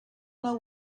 know